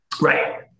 right